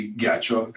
ghiaccio